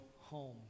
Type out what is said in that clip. home